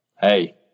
Hey